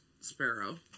Sparrow